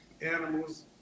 animals